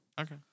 Okay